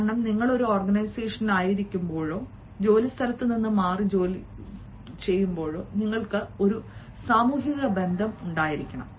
കാരണം നിങ്ങൾ ഒരു ഓർഗനൈസേഷനിൽ ആയിരിക്കുമ്പോഴോ ജോലിസ്ഥലത്ത് നിന്ന് മാറി ജോലിസ്ഥലത്ത് ആയിരിക്കുമ്പോഴോ നിങ്ങൾക്ക് ഒരുതരം സാമൂഹിക ബന്ധം ഉണ്ടായിരിക്കണം